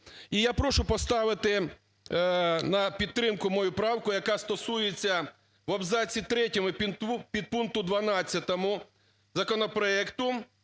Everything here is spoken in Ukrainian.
І я прошу поставити на підтримку мою правку, яка стосується в абзаці 3 підпункту 12 законопроекту